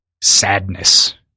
sadness